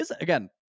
again